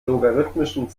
logarithmischen